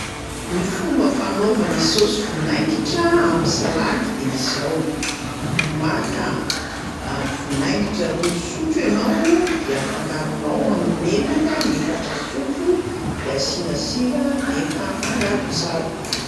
Ny fomba fanaovana saosy vinaingitra am'salady de izao: maka vinaingitra roa sotro ianao de afangaronao am'menaka efatra sotro de asiana sira, de efa afangaro tsara.